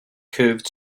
curved